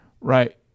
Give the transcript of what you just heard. Right